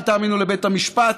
אל תאמינו לבית המשפט,